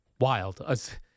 Wild